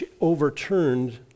Overturned